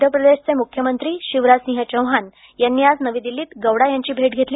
मध्य प्रदेशचे मुख्यमंत्री शिवराजसिंह चौहान यांनी आज नवी दिल्लीत गौडा यांची भेट घेतली